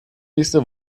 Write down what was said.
nächste